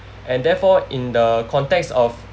and therefore in the context of